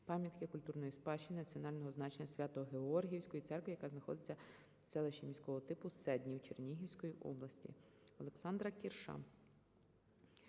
пам'ятки культурної спадщини національного значення Свято-Георгіївської церкви, яка знаходиться в селищі міського типу Седнів Чернігівської області. Олександра Кірша